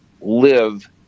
live